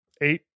Eight